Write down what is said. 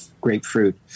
grapefruit